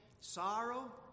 sorrow